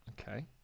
Okay